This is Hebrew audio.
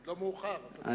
לא מאוחר, אתה צעיר.